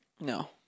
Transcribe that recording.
No